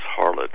harlot